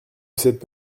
cet